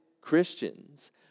Christians